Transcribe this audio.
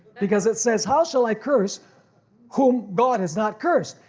because it says how shall i curse whom god has not cursed?